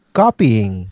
copying